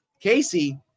casey